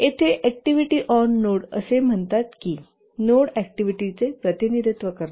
येथे activity on node असे म्हणतात की नोड अॅक्टिव्हिटीचे प्रतिनिधित्व करतात